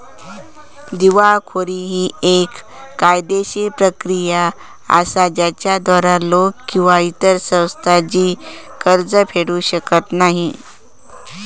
दिवाळखोरी ही येक कायदेशीर प्रक्रिया असा ज्याद्वारा लोक किंवा इतर संस्था जी कर्ज फेडू शकत नाही